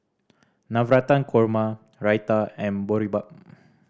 Navratan Korma Raita and Boribap